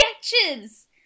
Sketches